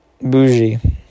bougie